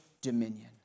dominion